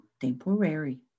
temporary